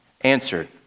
answered